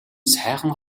сайхан